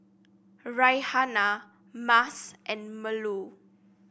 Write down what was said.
Raihana Mas and Melur